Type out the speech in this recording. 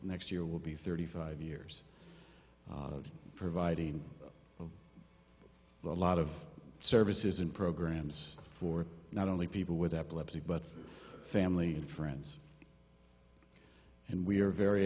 next year will be thirty five years of providing a lot of services and programs for not only people with epilepsy but family and friends and we are very